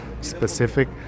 specific